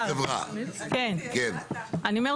אחד מהם